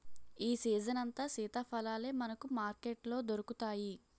ఈ సీజనంతా సీతాఫలాలే మనకు మార్కెట్లో దొరుకుతాయి